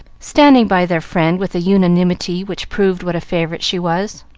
standing by their friend with a unanimity which proved what a favorite she was.